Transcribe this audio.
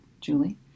Julie